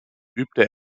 übte